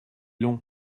long